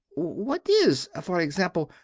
what is, for example,